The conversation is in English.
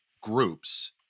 groups